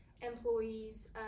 employees